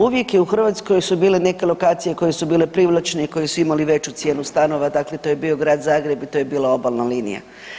Uvijek je u Hrvatskoj su bile neke lokacije koje su bilo privlačne i koje su imale veću cijenu stanova, dakle to je bio grad Zagreb i to je bila obalna linija.